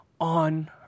on